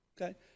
okay